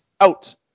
out